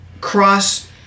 cross